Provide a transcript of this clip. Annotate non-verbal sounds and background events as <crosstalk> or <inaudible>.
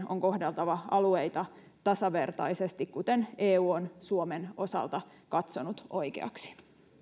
<unintelligible> on kohdeltava alueita tasavertaisesti kuten eu on suomen osalta katsonut oikeaksi